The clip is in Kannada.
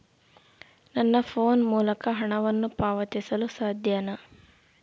ನನ್ನ ಫೋನ್ ಮೂಲಕ ಹಣವನ್ನು ಪಾವತಿಸಲು ಸಾಧ್ಯನಾ?